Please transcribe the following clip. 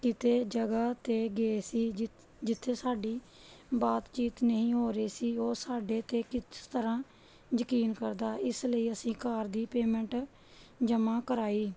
ਕਿਤੇ ਜਗ੍ਹਾ 'ਤੇ ਗਏ ਸੀ ਜਿਥ ਜਿੱਥੇ ਸਾਡੀ ਬਾਤ ਚੀਤ ਨਹੀਂ ਹੋ ਰਹੀ ਸੀ ਉਹ ਸਾਡੇ 'ਤੇ ਕਿਸ ਤਰ੍ਹਾਂ ਯਕੀਨ ਕਰਦਾ ਇਸ ਲਈ ਅਸੀਂ ਕਾਰ ਦੀ ਪੇਮੈਂਟ ਜਮ੍ਹਾਂ ਕਰਾਈ